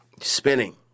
Spinning